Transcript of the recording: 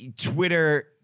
Twitter